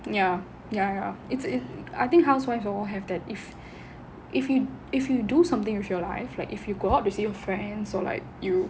ya ya ya it's it's I think housewife all have that if if you if you do something with your life like if you go out with your friends or like you